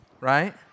right